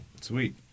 Sweet